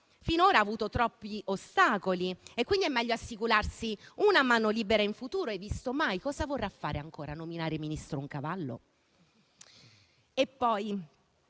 finora ha avuto troppi ostacoli e quindi è meglio assicurarsi mano libera in futuro. Cosa vorrà fare ancora? Nominare ministro un cavallo?